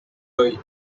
hoy